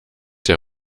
der